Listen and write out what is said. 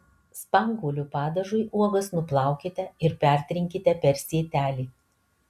spanguolių padažui uogas nuplaukite ir pertrinkite per sietelį